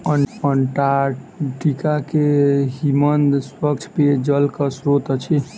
Antarctica के हिमनद स्वच्छ पेयजलक स्त्रोत अछि